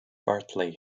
bartley